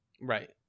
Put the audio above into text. Right